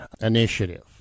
Initiative